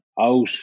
out